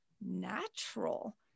natural